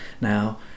now